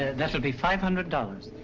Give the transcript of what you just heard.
that will be five hundred dollars.